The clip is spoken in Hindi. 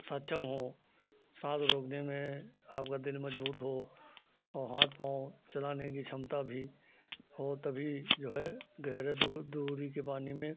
सक्षम हो साँस रोकने में आपका दिल मज़बूत हो और हाथ पाँव चलाने की क्षमता भी हो तभी जो है गहरे दूर दूरी के पानी में